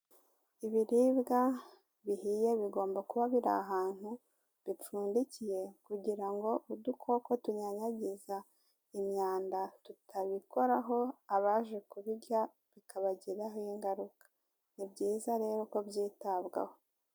Ibiribwa bihiye bigomba kuba biri ahantu bipfundikiye kugira ngo udukoko tunyanyagiza imyanda tutabikoraho abaje kubirya bikabagiraho ingaruka, ni byiza rero ko byitabwaho.